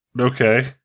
Okay